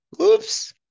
Oops